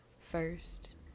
first